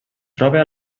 troba